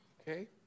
Okay